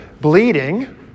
bleeding